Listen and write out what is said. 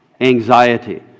anxiety